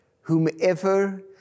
Whomever